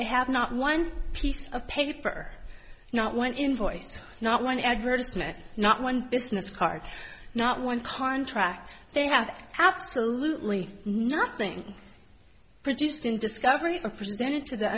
they have not one piece of paper not one invoice not one advertisement not one business card not one contract they have absolutely nothing produced in discovery or presented t